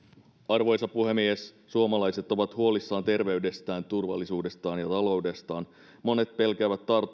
arvoisa puhemies suomalaiset ovat huolissaan terveydestään turvallisuudestaan ja taloudestaan monet pelkäävät